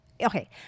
okay